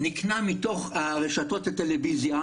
מתוך רשתות הטלוויזיה,